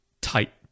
tight